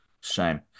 Shame